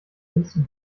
nächsten